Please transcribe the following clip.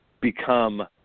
become